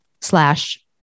slash